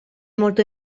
molto